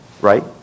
right